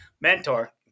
mentor